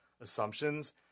assumptions